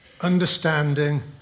understanding